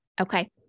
Okay